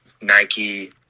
Nike